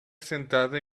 sentada